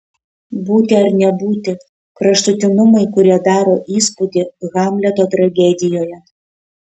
būti ar nebūti kraštutinumai kurie daro įspūdį hamleto tragedijoje